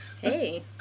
hey